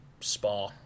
Spa